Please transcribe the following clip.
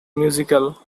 musical